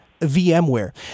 VMware